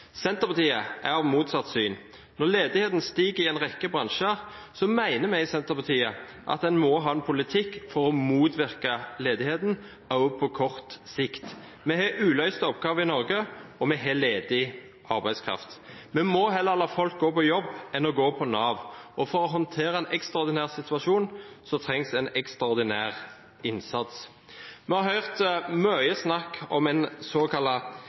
Senterpartiet er av motsatt syn. Når ledigheten stiger i en rekke bransjer, mener vi i Senterpartiet at en må ha en politikk for å motvirke ledigheten også på kort sikt. Vi har uløste oppgaver i Norge, og vi har ledig arbeidskraft. Vi må heller la folk gå på jobb enn å gå på Nav, og for å håndtere en ekstraordinær situasjon trengs en ekstraordinær innsats. Vi har hørt mye snakk om en såkalt